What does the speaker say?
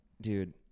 dude